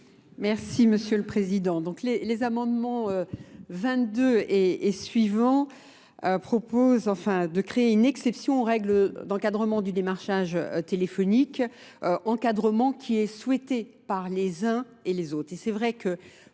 Merci Monsieur le Président. Donc les amendements 22 et suivants proposent enfin de créer une exception aux règles d'encadrement du démarchage téléphonique, encadrement qui est souhaité par les uns et les autres.